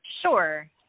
Sure